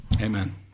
Amen